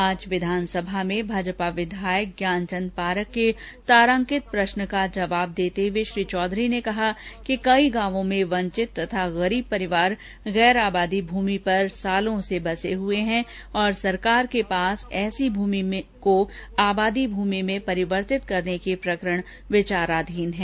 आज विधानसभा में भाजपा विधायक ज्ञानचंद पारख के तारांकित प्रश्न का जवाब देते हुए श्री चौधरी ने कहा कि कई गांवों में वंचित तथा गरीब परिवार गैर आबादी भूमि पर वर्षो से बसे हए हैं औरं सरकार के पास ऐसी भूमि को आबादी भूमि में परिवर्तित करने के प्रकरण विचाराधीन हैं